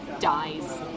dies